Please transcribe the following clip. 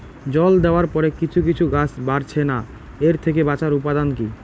জল দেওয়ার পরে কিছু কিছু গাছ বাড়ছে না এর থেকে বাঁচার উপাদান কী?